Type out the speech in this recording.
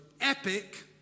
epic